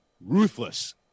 Ruthless